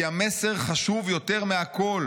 כי המסר חשוב יותר מהכול.